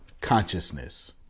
consciousness